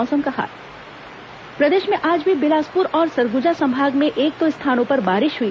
मौसम प्रदेश में आज भी बिलासपुर और सरगुजा संभाग में एक दो स्थानों पर बारिश हुई